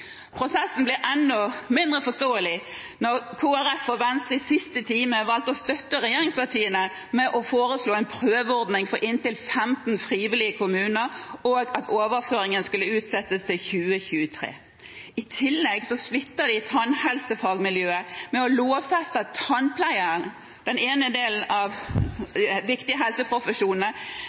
Prosessen blir enda mindre forståelig når Kristelig Folkeparti og Venstre i siste time valgte å støtte regjeringspartiene med å foreslå en prøveordning for inntil 15 frivillige kommuner og å utsette overføringen til 2023. I tillegg splitter de det tannhelsefaglige miljøet ved å lovfeste at tannpleiere – den ene delen av de viktige helseprofesjonene